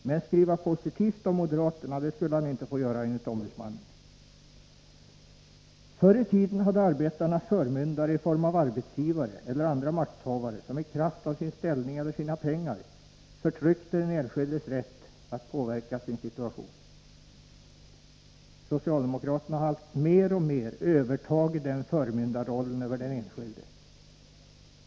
Men skriva positivt om moderaterna skulle han inte få göra enligt ombudsmannen. Förr i tiden hade arbetarna förmyndare i form av arbetsgivare eller andra makthavare, som i kraft av sin ställning eller sina pengar förtryckte den enskildes rätt att påverka sin situation. Socialdemokraterna har mer och mer övertagit den förmyndarrollen över den enskilde.